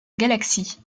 galaxie